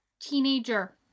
teenager